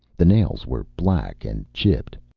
the nails were black and chipped.